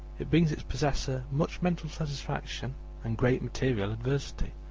it brings its possessor much mental satisfaction and great material adversity.